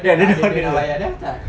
ya dia dah order